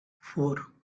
four